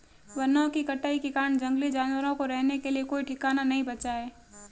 वनों की कटाई के कारण जंगली जानवरों को रहने के लिए कोई ठिकाना नहीं बचा है